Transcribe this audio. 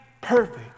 perfect